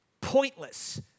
pointless